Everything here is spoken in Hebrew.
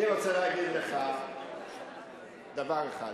אני רוצה להגיד לך דבר אחד.